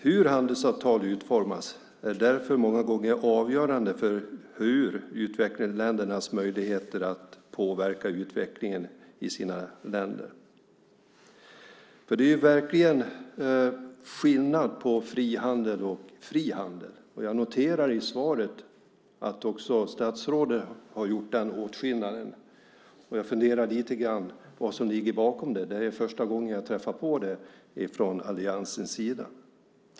Hur handelsavtal utformas är därför många gånger avgörande för utvecklingsländernas möjligheter att påverka utvecklingen i sina länder. Det är verkligen skillnad på frihandel och fri handel. Jag noterar i svaret att också statsrådet har gjort den åtskillnaden. Jag funderar lite grann vad som ligger bakom det. Det är första gången jag träffar på det från alliansens sida.